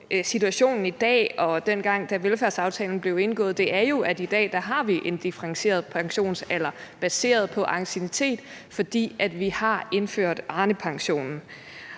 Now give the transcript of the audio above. situationen i dag og dengang, da velfærdsaftalen blev indgået, er jo, at i dag har vi en differentieret pensionsalder baseret på anciennitet, fordi vi har indført Arnepensionen.